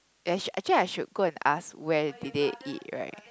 act~ actually I should go and ask where did they eat right